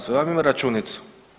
Sve vam ima računicu.